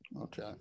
Okay